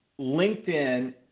LinkedIn